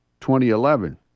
2011